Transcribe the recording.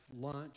lunch